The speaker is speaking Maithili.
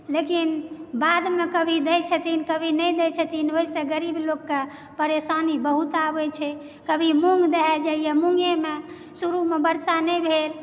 लेकिन बाद मे कभी दै छथिन कभी नहि दै छथिन ओहिसे गरीब लोक के परेशानी बहुत आबै छै कभी मूंग दहा जाइया मूँगे मे शुरू मे बरसा नहि भेल